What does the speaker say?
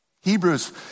Hebrews